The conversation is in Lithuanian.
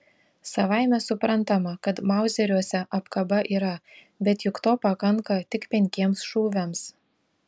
savaime suprantama kad mauzeriuose apkaba yra bet juk to pakanka tik penkiems šūviams